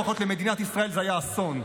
לפחות למדינת ישראל זה היה אסון.